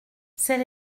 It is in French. c’est